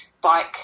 bike